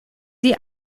sie